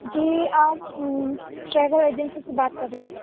جی آپ travel agency سے بات کر رہے ہیں